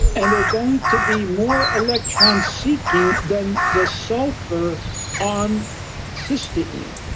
and they're going to be more electron-seeking than the sulfur on cysteine.